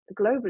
globally